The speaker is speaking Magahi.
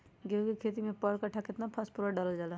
गेंहू के खेती में पर कट्ठा केतना फास्फोरस डाले जाला?